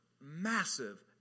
massive